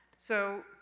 so,